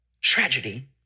tragedy